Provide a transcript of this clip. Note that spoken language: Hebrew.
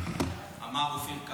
--- אמר אופיר כץ.